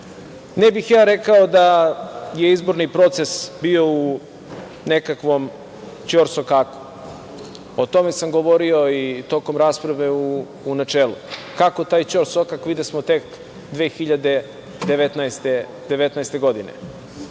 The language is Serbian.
bih ja rekao da je izborni proces bio u nekakvom ćorsokaku. O tome sam govorio i tokom rasprave i u načelu - kako taj ćorsokak videsmo tek 2019. godine